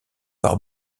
par